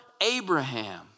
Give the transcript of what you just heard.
Abraham